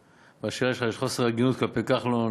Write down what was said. בשאלה שלך יש חוסר הגינות כלפי כחלון,